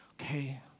Okay